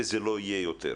וזה לא יהיה יותר.